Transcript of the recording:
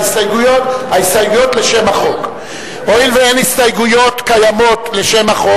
ההסתייגות שלהם לעניין זה,